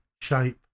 shape